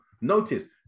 Notice